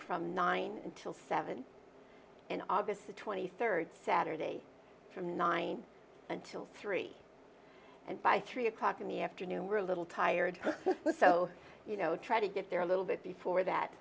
from nine till seven in august the twenty third saturday from nine until three and by three o'clock in the afternoon we're a little tired so you know try to get there a little bit before that